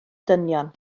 dynion